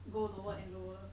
go lower and lower